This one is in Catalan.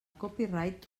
copyright